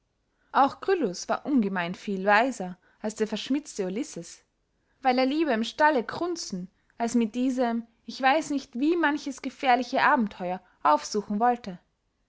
auch gryllus war ungemein viel weiser als der verschmitzte ulysses weil er lieber im stalle grunzen als mit diesem ich weiß nicht wie manches gefährliche abentheuer aufsuchen wollte